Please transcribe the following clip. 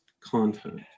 content